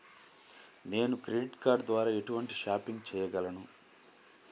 నేను credit card ద్వార ఎటువంటి షాపింగ్ చెయ్యగలను?